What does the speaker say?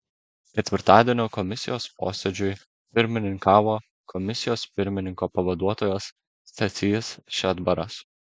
ketvirtadienio komisijos posėdžiui pirmininkavo komisijos pirmininko pavaduotojas stasys šedbaras